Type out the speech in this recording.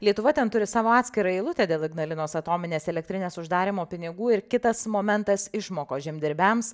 lietuva ten turi savo atskirą eilutę dėl ignalinos atominės elektrinės uždarymo pinigų ir kitas momentas išmokos žemdirbiams